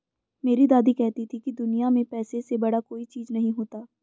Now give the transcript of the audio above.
मेरी दादी कहती थी कि दुनिया में पैसे से बड़ा कोई चीज नहीं होता